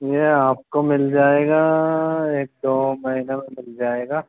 ये आपको मिल जाएगा एक दो महीने में मिल जाएगा